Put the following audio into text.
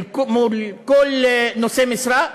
מול כל נושא משרה,